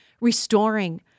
restoring